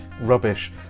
rubbish